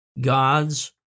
God's